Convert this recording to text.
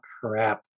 crap